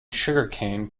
sugarcane